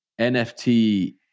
NFT